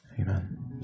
Amen